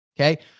okay